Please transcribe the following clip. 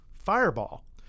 fireball